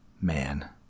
Man